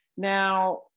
Now